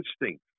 instinct